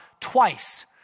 twice